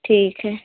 ठीक है